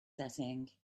setting